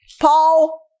Paul